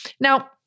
Now